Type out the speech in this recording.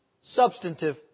substantive